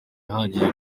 ahagije